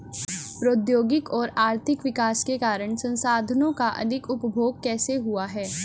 प्रौद्योगिक और आर्थिक विकास के कारण संसाधानों का अधिक उपभोग कैसे हुआ है?